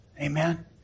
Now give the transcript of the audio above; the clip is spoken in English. Amen